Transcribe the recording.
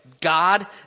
God